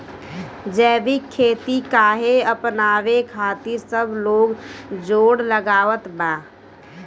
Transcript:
जैविक खेती काहे अपनावे खातिर सब लोग जोड़ लगावत बा?